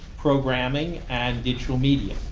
programming and digital media.